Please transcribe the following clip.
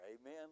Amen